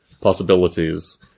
possibilities